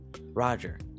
Roger